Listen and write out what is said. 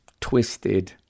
twisted